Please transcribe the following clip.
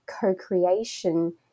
co-creation